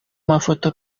mafoto